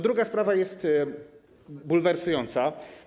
Druga sprawa jest bulwersująca.